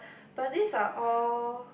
but this are all